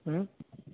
ଉଁ